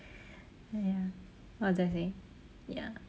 but ya what was I saying ya